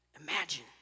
imagine